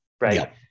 right